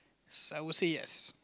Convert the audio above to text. I would say yes